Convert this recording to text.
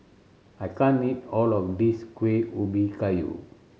I can't eat all of this Kueh Ubi Kayu